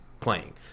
playing